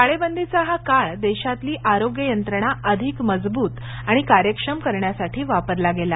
टाळेबंदीचा हा काळ देशातली आरोग्य यंत्रणा अधिक मजबूत आणि कार्यक्षम करण्यासाठी वापरला गेला